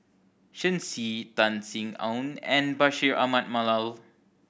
Shen Xi Tan Sin Aun and Bashir Ahmad Mallal